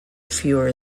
fewer